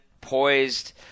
poised